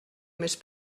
més